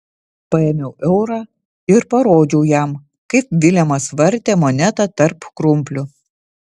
paėmiau eurą ir parodžiau jam kaip vilemas vartė monetą tarp krumplių